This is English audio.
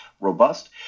robust